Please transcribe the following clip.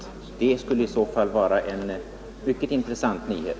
Det skulle i så fall vara en mycket intressant nyhet.